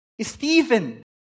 Stephen